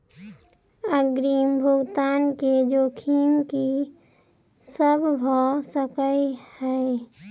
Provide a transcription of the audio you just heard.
अग्रिम भुगतान केँ जोखिम की सब भऽ सकै हय?